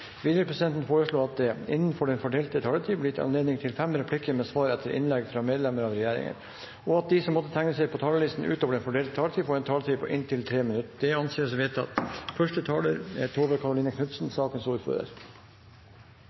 Videre vil presidenten foreslå at det – innenfor den fordelte taletid – blir gitt anledning til fem replikker med svar etter innlegg fra medlemmer av regjeringen, og at de som måtte tegne seg på talerlisten utover den fordelte taletid, får en taletid på inntil 3 minutter. – Det anses vedtatt.